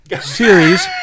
series